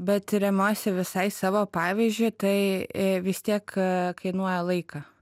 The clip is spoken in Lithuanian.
bet remiuosi visai savo pavyzdžiu tai vis tiek kainuoja laiką